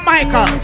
Michael